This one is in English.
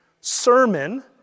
Sermon